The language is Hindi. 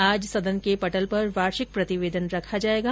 आज सदन के पटल पर वार्षिक प्रतिवेदन रखा जायेगा